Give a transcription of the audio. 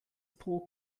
pro